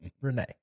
Renee